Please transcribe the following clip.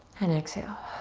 and exhale.